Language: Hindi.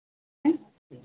आँय